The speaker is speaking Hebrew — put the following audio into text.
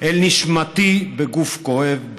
אל נשמתי / בגוף כואב,